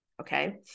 Okay